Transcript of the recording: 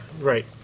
right